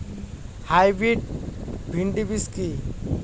Hybrid ভীন্ডি বীজ কি?